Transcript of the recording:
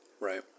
right